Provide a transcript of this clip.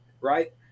right